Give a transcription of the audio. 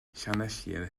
llanelli